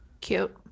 Cute